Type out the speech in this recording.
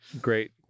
Great